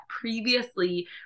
previously